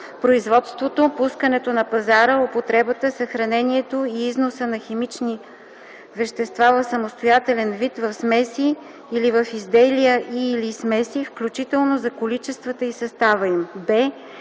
производството, пускането на пазара, употребата, съхранението и износа на химични вещества в самостоятелен вид, в смеси или в изделия и/или смеси, включително за количествата и състава им;